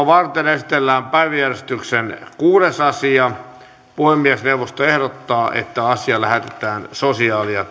varten esitellään päiväjärjestyksen kuudes asia puhemiesneuvosto ehdottaa että asia lähetetään sosiaali ja